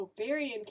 ovarian